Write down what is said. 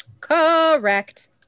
Correct